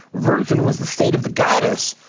virgin was the state of the goddess,